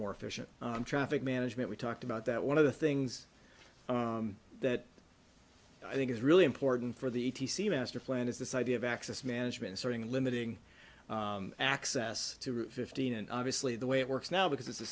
more efficient traffic management we talked about that one of the things that i think is really important for the a t c master plan is this idea of access management starting limiting access to route fifteen and obviously the way it works now because it's a